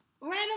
Random